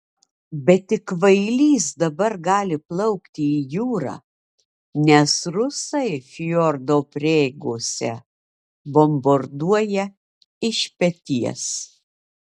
bet tik kvailys dabar gali plaukti į jūrą nes rusai fjordo prieigose bombarduoja iš peties